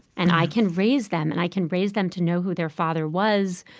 and i can raise them, and i can raise them to know who their father was,